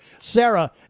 Sarah